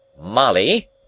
molly